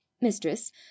mistress